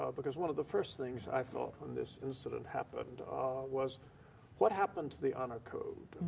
ah because one of the first things i thought when this incident happened was what happened to the honor code?